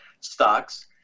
stocks